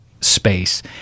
space